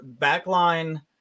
backline